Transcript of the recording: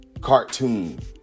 cartoon